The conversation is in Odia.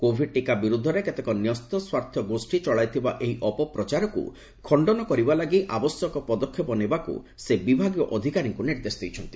କୋଭିଡ୍ ଟିକା ବିରୁଦ୍ଧରେ କେତେକ ନ୍ୟସ୍ତ ସ୍ୱାର୍ଥ ଗୋଷୀ ଚଳାଇଥିବା ଏହି ଅପପ୍ରଚାରକୁ ଖଣ୍ଡନ କରିବା ଲାଗି ଆବଶ୍ୟକ ପଦକ୍ଷେପ ନେବାକୁ ସେ ବିଭାଗୀୟ ଅଧିକାରୀଙ୍କୁ ନିର୍ଦ୍ଦେଶ ଦେଇଛନ୍ତି